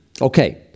okay